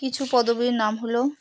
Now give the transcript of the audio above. কিছু পদবীর নাম হলো